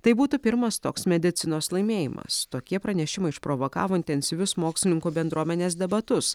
tai būtų pirmas toks medicinos laimėjimas tokie pranešimai išprovokavo intensyvius mokslininkų bendruomenės debatus